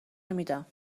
نمیدم